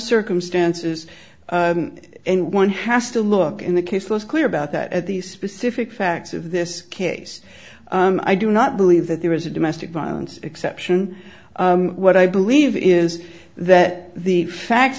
circumstances and one has to look in the case law is clear about that at the specific facts of this case i do not believe that there is a domestic violence exception what i believe is that the facts